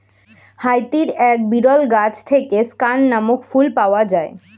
হাইতির এক বিরল গাছ থেকে স্ক্যান নামক ফুল পাওয়া যায়